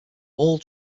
all